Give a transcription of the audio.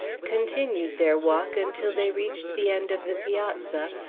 continued their walk until they reached the end of the piazza,